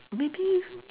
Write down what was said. maybe